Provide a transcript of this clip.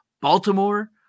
Baltimore